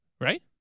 right